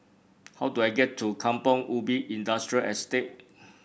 how do I get to Kampong Ubi Industrial Estate